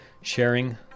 sharing